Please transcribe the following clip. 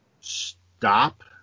stop